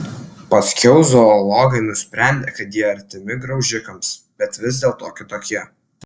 paskiau zoologai nusprendė kad jie artimi graužikams bet vis dėlto kitokie